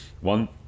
one